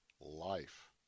life